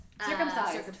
Circumcised